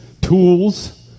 tools